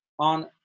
On